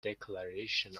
declaration